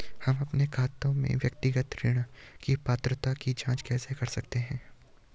हम अपने खाते में व्यक्तिगत ऋण की पात्रता की जांच कैसे कर सकते हैं?